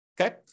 Okay